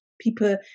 people